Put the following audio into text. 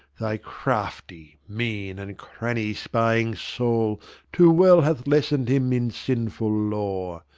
thy crafty, mean, and cranny spying soul too well hath lessoned him in sinful lore.